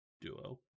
duo